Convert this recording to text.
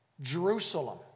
Jerusalem